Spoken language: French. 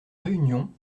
réunion